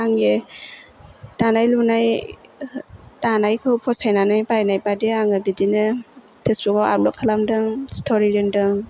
आंनि दानाय लुनाय दानायखौ फसायनानै बायनाय बादि आङो बिदिनो फेसबुकआव आपलड खालामदों सट'रि दोन्दों